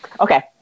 Okay